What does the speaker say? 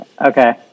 Okay